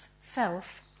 self